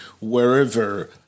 wherever